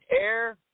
air